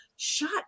Shut